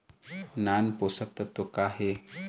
नान पोषकतत्व का हे?